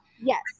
yes